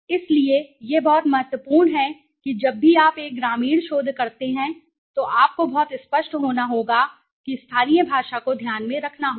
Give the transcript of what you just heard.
इसलिए यह बहुत महत्वपूर्ण है कि जब भी आप एक ग्रामीण शोध करते हैं तो आपको बहुत स्पष्ट होना होगा कि स्थानीय भाषा को ध्यान में रखना होगा